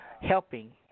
helping